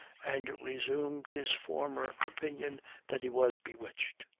and resumed his former opinion that he was bewitched.